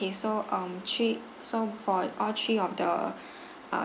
~ay so um three so for all three of the uh